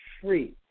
free